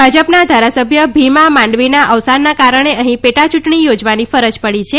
ભાજપના ધારાસભ્ય ભિમા માંડવીના અવસાનના કારણે અહીં પેટા ચૂંટણી યોજવાની ફરજ પડી છે